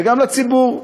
וגם לציבור,